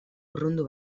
urrundu